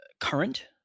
current